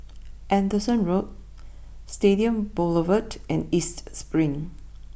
Anderson Road Stadium Boulevard and East Spring